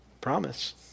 Promise